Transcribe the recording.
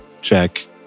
check